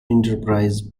enterprise